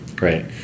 Right